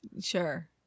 Sure